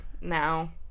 now